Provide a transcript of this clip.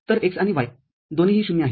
तर x आणि y दोन्ही ही ० आहेत